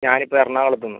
ഞാൻ ഇപ്പം എറണാകുളത്തുനിന്ന്